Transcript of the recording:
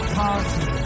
party